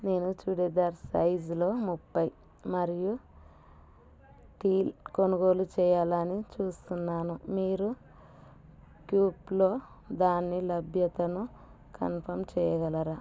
నేను చుడీదార్ సైజ్లో ముప్పై మరియు టీల్ కొనుగోలు చేయాలని చూస్తున్నాను మీరు క్యూప్లో దాని లభ్యతను కన్ఫమ్ చేయగలరా